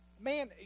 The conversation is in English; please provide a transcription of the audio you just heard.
Man